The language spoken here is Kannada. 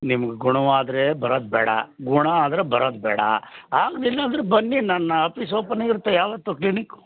ನಿಮ್ಗೆ ಗುಣವಾದರೆ ಬರದು ಬೇಡ ಗುಣ ಆದರೆ ಬರದು ಬೇಡ ಆಗ್ಲಿಲ್ಲಾಂದ್ರೆ ಬನ್ನಿ ನನ್ನ ಆಫೀಸ್ ಓಪನ್ ಇರುತ್ತೆ ಯಾವತ್ತು ಕ್ಲಿನಿಕ್ಕು